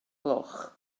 gloch